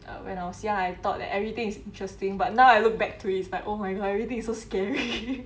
when I was young I thought that everything is interesting but now I look back to it it's like oh my god everything is so scary